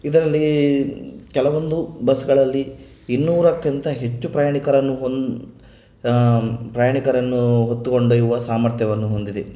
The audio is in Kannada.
ಇದರಲ್ಲಿ ಕೆಲವೊಂದು ಬಸ್ಗಳಲ್ಲಿ ಇನ್ನೂರಕ್ಕಿಂತ ಹೆಚ್ಚು ಪ್ರಯಾಣಿಕರನ್ನು ಹೊಂ ಪ್ರಯಾಣಿಕರನ್ನು ಹೊತ್ತು ಕೊಂಡೊಯ್ಯುವ ಸಾಮರ್ಥ್ಯವನ್ನು ಹೊಂದಿದೆ